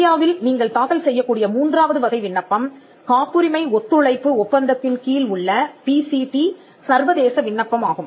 இந்தியாவில் நீங்கள் தாக்கல் செய்யக்கூடிய மூன்றாவது வகை விண்ணப்பம் காப்புரிமை ஒத்துழைப்பு ஒப்பந்தத்தின் கீழ் உள்ள பிசிடி சர்வதேச விண்ணப்பம் ஆகும்